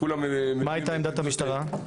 מה הייתה עמדת המשטרה?